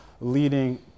leading